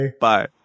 Bye